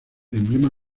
emblema